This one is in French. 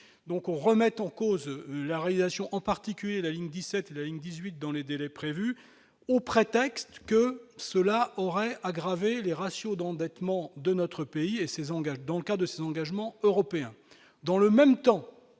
donc on remette en cause la réalisation en particulier, la ligne 17 une 18 dans les délais prévus, au prétexte que cela aurait aggravé les ratios d'endettement de notre pays et ses engagements dans le cas de ce engagements européens,